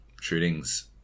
shootings